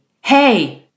hey